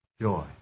Joy